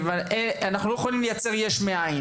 ושאנחנו לא יכולים לייצר יש מאין.